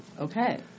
Okay